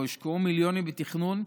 שבו הושקעו מיליונים בתכנון,